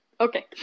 okay